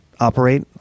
operate